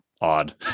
odd